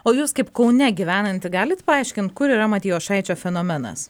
o jūs kaip kaune gyvenanti galit paaiškint kur yra matijošaičio fenomenas